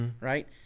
right